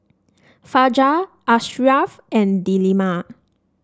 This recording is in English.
Fajar Ashraff and Delima